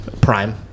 Prime